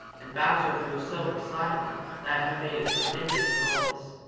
and bowser grew so excited that he made a tremendous noise.